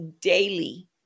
daily